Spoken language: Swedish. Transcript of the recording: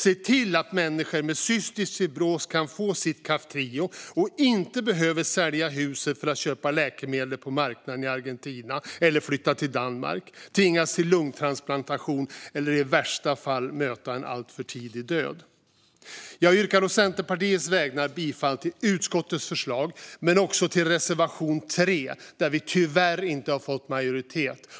Se till att människor med cystisk fibros kan få sitt Kaftrio och inte behöver sälja huset för att köpa läkemedlet på marknaden i Argentina, flytta till Danmark, tvingas till en lungtransplantation eller i värsta fall möta en alltför tidig död. Jag yrkar å Centerpartiets vägnar bifall till utskottets förslag i betänkandet men också till reservation 3 där vi tyvärr inte har fått majoritet.